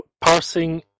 Parsing